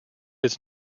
its